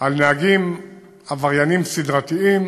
על נהגים עבריינים סדרתיים,